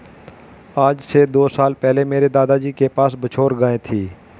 आज से दो साल पहले मेरे दादाजी के पास बछौर गाय थी